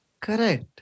Correct